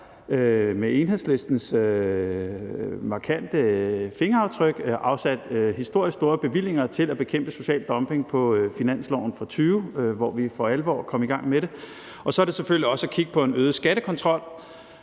med Enhedslistens markante fingeraftryk – er afsat historisk store bevillinger til at bekæmpe social dumping på finansloven for 2020, hvor vi for alvor kom i gang med det. Og så skal vi også kigge på en øget skattekontrol,